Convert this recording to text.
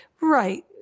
right